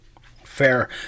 Fair